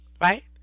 Right